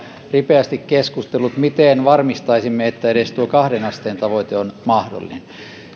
ripeästi keskustelut siitä miten varmistaisimme että edes tuo kahden asteen tavoite on mahdollinen